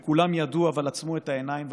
וכולם ידעו אבל עצמו את העיניים,